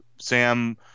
Sam